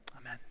Amen